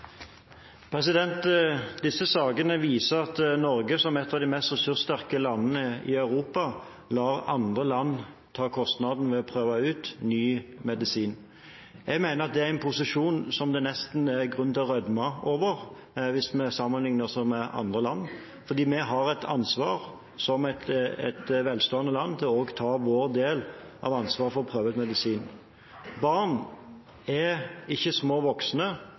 et av de mest ressurssterke landene i Europa, lar andre land ta kostnaden ved å prøve ut ny medisin. Jeg mener at det er en posisjon som det nesten er grunn til å rødme over, hvis vi sammenligner oss med andre land, fordi vi, som et velstående land, må også ta vår del av ansvaret for å prøve ut medisiner. Barn er ikke små voksne,